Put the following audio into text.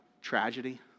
tragedy